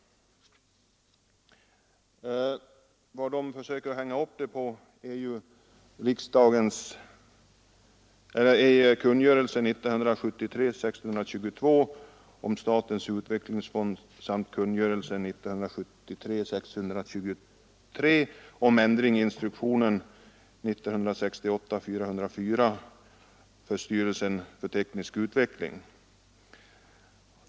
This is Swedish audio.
Vad reservanterna försöker hänga upp sin argumentering på är kungörelsen 1973:622 om statens utvecklingsfond samt kungörelsen 1973:623 om ändring i instruktionen 1968:404 för styrelsen för teknisk utveckling.